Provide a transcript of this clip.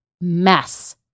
mess